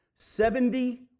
Seventy